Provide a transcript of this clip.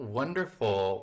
wonderful